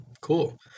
cool